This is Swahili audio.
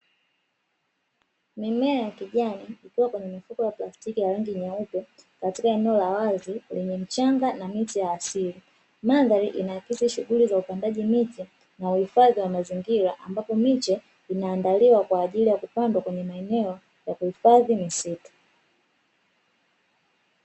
Mimea ya kijani ikiwa kwenye mifuko ya plastiki ya rangi nyeupe katika eneo la wazi lenye mchanga na miti ya asili, mandhari inaakisi shughuli za upandaji miti na uhifadhi wa mazingira ambapo miche inaandaliwa kwa ajili ya kupandwa kwenye maeneo ya kuhifadhi misitu.